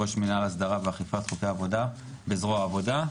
ראש מינהל הסדרה ואכיפת חוקי עבודה בזרוע העבודה,